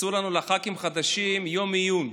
עשו לנו, לח"כים החדשים, יום עיון,